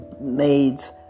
maids